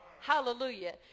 Hallelujah